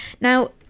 now